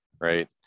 right